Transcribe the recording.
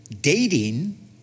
dating